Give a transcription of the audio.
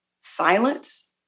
silence